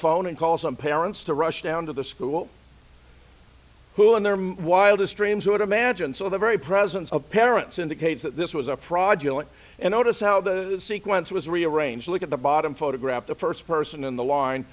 phone and call some parents to rush down to the school who in their my wildest dreams would imagine so the very presence of parents indicates that this was a fraud unit and notice how the sequence was rearranged look at the bottom photograph the first person in the line